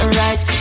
right